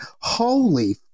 holy